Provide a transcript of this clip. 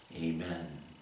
Amen